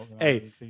hey